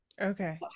okay